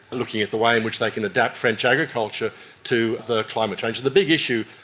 looking at the way in which they can adapt french agriculture to the climate change. the big issue,